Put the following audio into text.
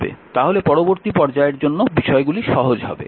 তাহলে পরবর্তী পর্যায়ের জন্য বিষয়গুলি সহজ হবে